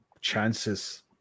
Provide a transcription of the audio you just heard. chances